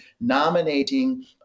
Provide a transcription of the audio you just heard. nominating